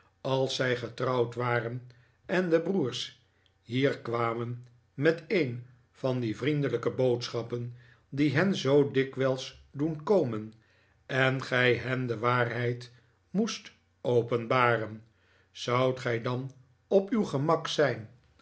als zij getrouwd waren en de broers hier kwamen met een van die vriendelijke boodschappen die hen zoo dikwijls doen komen en gij hen de waarheid moest openbaren zoudt gij dan op uw gemak zijn